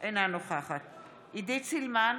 אינה נוכחת עידית סילמן,